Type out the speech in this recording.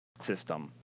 system